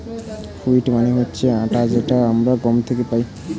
wheat মানে হচ্ছে আটা যেটা আমরা গম থেকে পাই